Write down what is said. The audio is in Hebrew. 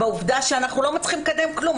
בעובדה שאנחנו לא מצליחים לקדם כלום,